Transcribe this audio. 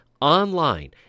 Online